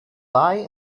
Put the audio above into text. die